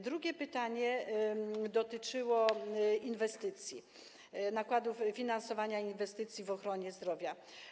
Drugie pytanie dotyczyło inwestycji, nakładów, finansowania inwestycji w ochronie zdrowia.